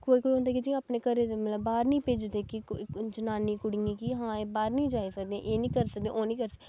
कोई कोई होंदे ऐ कि जेह्ड़े घर दे मतलब बाह्र नी भेजदे कि कोई जनानी कुड़ियें गी हां एह् बाह्र नी जाई सकदियां एह् नी करी सकदियां ओह् नी करी सकदियां